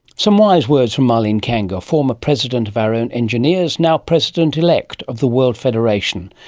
some wise words from marlene kanga, former president of our own engineers, now president-elect of the world federation.